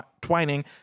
Twining